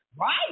right